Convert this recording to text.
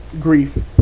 grief